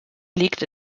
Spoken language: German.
liegt